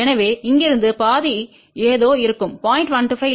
எனவே இங்கிருந்து பாதி ஏதோ இருக்கும் 0